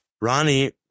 Ronnie